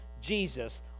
Jesus